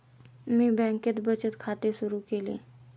मी बँकेत बचत खाते सुरु केले